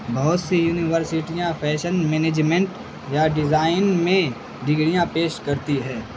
بہت سی یونیورسٹیاں فیشن مینجمنٹ یا ڈیزائن میں ڈگریاں پیش کرتی ہے